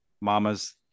Mamas